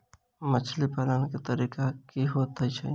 मछली पालन केँ तरीका की होइत अछि?